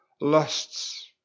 lusts